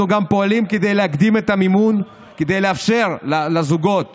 אנחנו גם פועלים כדי להקדים את המימון כדי לאפשר לזוגות